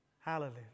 Hallelujah